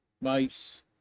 mice